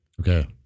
Okay